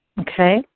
Okay